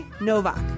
Novak